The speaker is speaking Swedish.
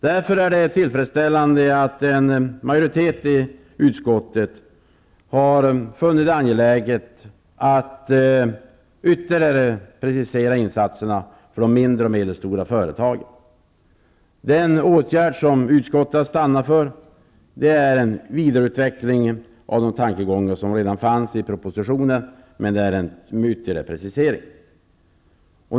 Därför är det tillfredsställande att en majoritet i utskottet har funnit det angeläget att ytterligare precisera insatserna för de mindre och medelstora företagen. Den åtgärd som utskottet har stannat för är en vidareutveckling av de tankegångar som redan fanns i propositionen, med en ytterligare precisering.